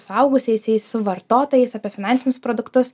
suaugusiaisiais vartotojais apie finansinius produktus